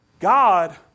God